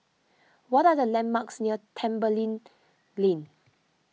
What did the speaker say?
what are the landmarks near Tembeling Lane